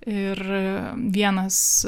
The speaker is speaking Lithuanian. ir vienas